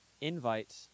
Invite